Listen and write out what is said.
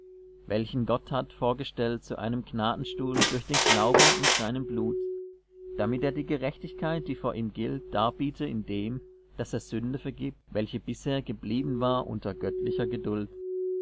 welchen gott hat vorgestellt zu einem gnadenstuhl durch den glauben in seinem blut damit er die gerechtigkeit die vor ihm gilt darbiete in dem daß er sünde vergibt welche bisher geblieben war unter göttlicher geduld